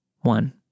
One